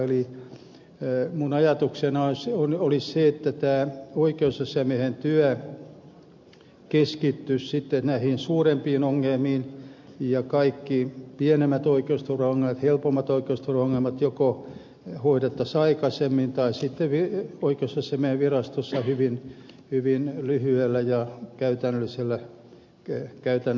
eli minun ajatuksenani olisi se että oikeusasiamiehen työ keskittyisi sitten näihin suurempiin ongelmiin ja kaikki pienemmät oikeusturvaongelmat helpommat oikeusturvaongelmat joko hoidettaisiin aikaisemmin tai sitten oikeusasiamiehen kansliassa hyvin lyhyellä ja käytännöllisellä käsittelyllä